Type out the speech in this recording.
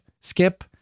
skip